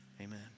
Amen